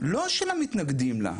לא של המתנגדים לה,